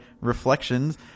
reflections